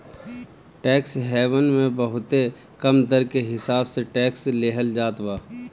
tax haven मे बहुते कम दर के हिसाब से टैक्स लेहल जात बा